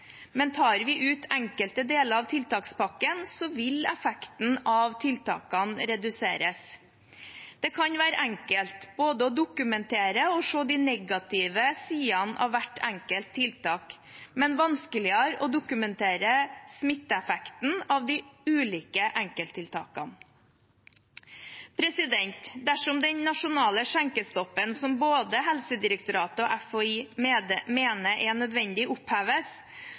Men tar vi ut enkelte deler av tiltakspakken, vil effekten av tiltakene reduseres. Det kan være enkelt både å dokumentere og se de negative sidene av hvert enkelt tiltak, men vanskeligere å dokumentere smitteeffekten av de ulike enkelttiltakene. Dersom den nasjonale skjenkestoppen som både Helsedirektoratet og FHI mener er nødvendig, oppheves,